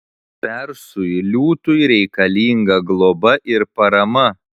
persui liūtui reikalinga globa ir parama